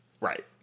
Right